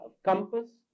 compass